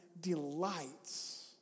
delights